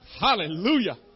Hallelujah